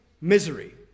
misery